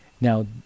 Now